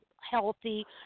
healthy